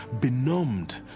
benumbed